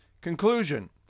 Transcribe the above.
Conclusion